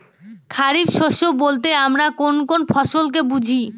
খরিফ শস্য বলতে আমরা কোন কোন ফসল কে বুঝি?